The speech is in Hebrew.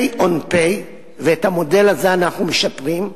say on pay, ואת המודל הזה אנחנו משפרים,